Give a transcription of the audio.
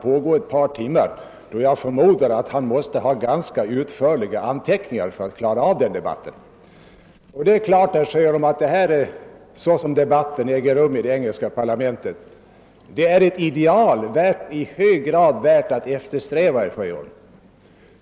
Detta kan pågå ett par timmar och jag förmodar att finansministern då måste ha tillgång till ganska utförliga anteckningar. Det är klart, herr Sjöholm, att debatten i engelska parlamentet är ett ideal värt att eftersträva.